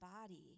body